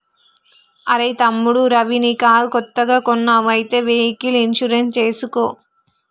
అరెయ్ తమ్ముడు రవి నీ కారు కొత్తగా కొన్నావ్ అయితే వెహికల్ ఇన్సూరెన్స్ చేసుకో